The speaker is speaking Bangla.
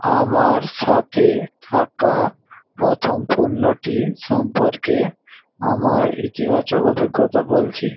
আমার সাথে থাকা প্রথম পণ্যটি সম্পর্কে আমার ইতিবাচক অভিজ্ঞতা বলছি